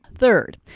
Third